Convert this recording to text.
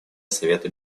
совета